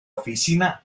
oficina